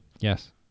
Yes